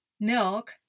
milk